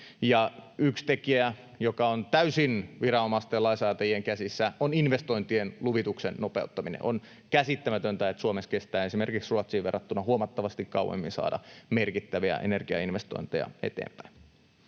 yksi tekijä, joka on täysin viranomaisten ja lainsäätäjien käsissä, on investointien luvituksen nopeuttaminen. On käsittämätöntä, että Suomessa kestää esimerkiksi Ruotsiin verrattuna huomattavasti kauemmin saada merkittäviä energiainvestointeja eteenpäin.